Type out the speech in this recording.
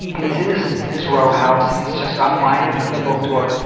and he's in his in his row house and he's just unwinding from the book tour.